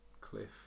cliff